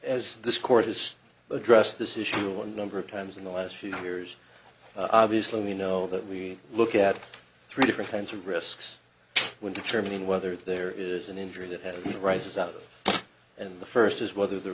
as this court has addressed this issue a number of times in the last few years obviously we know that we look at three different kinds of risks when determining whether there is an injury that has rises out in the first is whether the